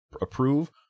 approve